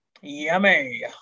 Yummy